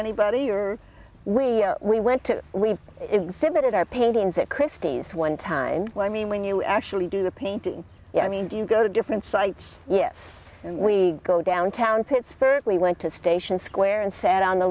anybody or we we went to we exhibited our paintings at christie's one time i mean when you actually do the painting yeah i mean do you go to different sites yes we go downtown pittsburgh we went to station square and sat on the